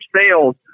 sales